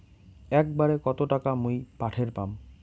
একবারে কত টাকা মুই পাঠের পাম?